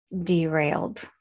derailed